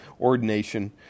ordination